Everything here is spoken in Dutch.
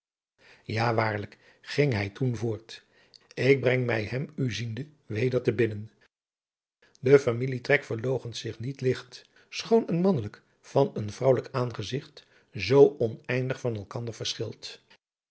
ja waarlijk ging hij toen voort ik breng mij hem u ziende weder te binnen de familietrek verloochent zich niet ligt schoon een mannelijk van een vrouwelijk aangezigt zoo oneindig van elkander verschilt